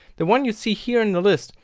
the one you see here in the list,